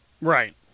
Right